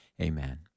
amen